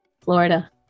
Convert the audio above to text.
Florida